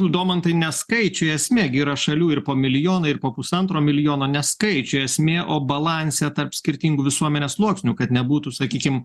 domantai ne skaičiuj esmė gi yra šalių ir po milijoną ir po pusantro milijono ne skaičiuj esmė o balanse tarp skirtingų visuomenės sluoksnių kad nebūtų sakykim